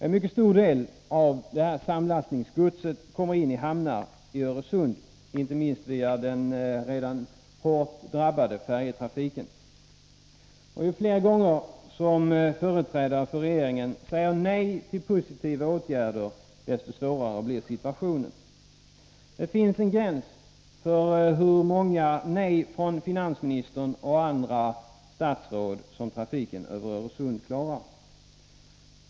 En mycket stor del av samlastningsgodset kommer in i hamnar i Öresund, inte minst via den redan hårt drabbade färjetrafiken. Ju fler gånger företrädare för regeringen säger nej till positiva åtgärder, desto svårare blir situationen. Det finns en gräns för hur många nej från finansministern och andra statsråd som trafiken över Öresund klarar.